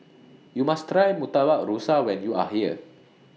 YOU must Try Murtabak Rusa when YOU Are here